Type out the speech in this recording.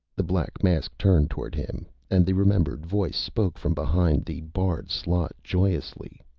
the black mask turned toward him, and the remembered voice spoke from behind the barred slot, joyously.